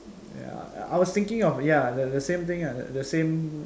ya I I was thinking of ya the same thing lah the same